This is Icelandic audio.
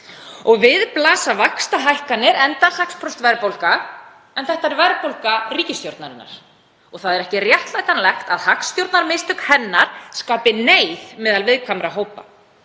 Við blasa vaxtahækkanir, enda 6% verðbólga en þetta er verðbólga ríkisstjórnarinnar. Það er ekki réttlætanlegt að hagstjórnarmistök hennar skapi neyð meðal viðkvæmra hópa.